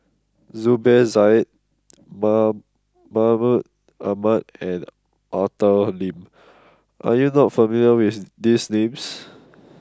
Zubir Said mom Mahmud Ahmad and Arthur Lim are you not familiar with these names